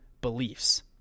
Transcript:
beliefs